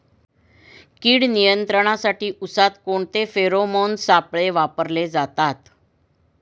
कीड नियंत्रणासाठी उसात कोणते फेरोमोन सापळे वापरले जातात?